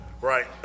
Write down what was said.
Right